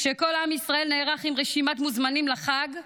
כשכל עם ישראל נערך עם רשימת מוזמנים לחג,